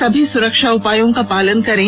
सभी सुरक्षा उपायों का पालन करें